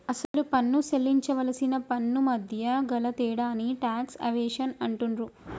అసలు పన్ను సేల్లించవలసిన పన్నుమధ్య గల తేడాని టాక్స్ ఎవేషన్ అంటుండ్రు